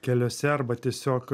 keliose arba tiesiog